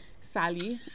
Sally